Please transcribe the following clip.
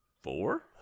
Four